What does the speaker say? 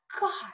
god